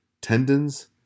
tendons